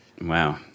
Wow